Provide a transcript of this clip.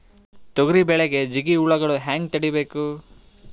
ತೊಗರಿ ಬೆಳೆಗೆ ಜಿಗಿ ಹುಳುಗಳು ಹ್ಯಾಂಗ್ ತಡೀಬೇಕು?